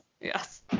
Yes